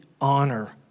honor